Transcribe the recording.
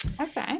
Okay